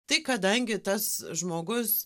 tai kadangi tas žmogus